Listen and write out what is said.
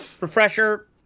refresher